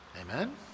Amen